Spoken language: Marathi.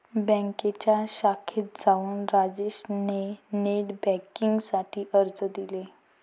बँकेच्या शाखेत जाऊन राजेश ने नेट बेन्किंग साठी अर्ज दिले